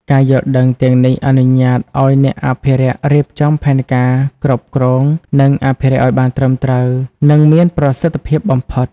ការយល់ដឹងទាំងនេះអនុញ្ញាតឲ្យអ្នកអភិរក្សរៀបចំផែនការគ្រប់គ្រង និងអភិរក្សឱ្យបានត្រឹមត្រូវ និងមានប្រសិទ្ធភាពបំផុត។